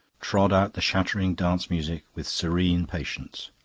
trod out the shattering dance music with serene patience.